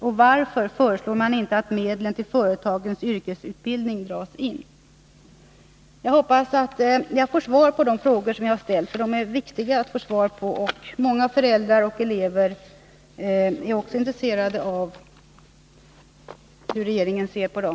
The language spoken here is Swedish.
Och varför föreslår man inte att medlen till företagens yrkesutbildning dras in? Jag hoppas att jag får svar på mina frågor, som är viktiga att få svar på. Många föräldrar och elever är också intresserade av hur regeringen ser på dem.